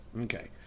Okay